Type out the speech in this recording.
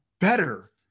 better